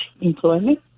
employment